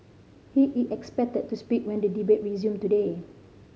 he is expected to speak when the debate resume today